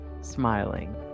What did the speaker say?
smiling